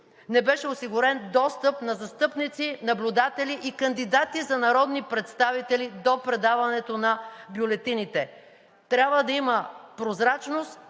не беше осигурен достъп на застъпници, наблюдатели и кандидати за народни представители до предаването на бюлетините. Трябва да има прозрачност,